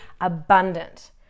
abundant